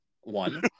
one